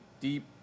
deep